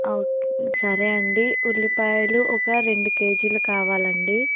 అ okay సరే అండి ఉల్లిపాయలు ఒక రెండు కేజీలు కావాలండి